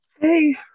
Hey